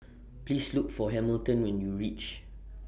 Please Look For Hamilton when YOU REACH